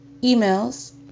emails